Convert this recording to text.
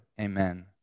Amen